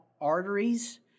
arteries